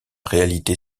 réalité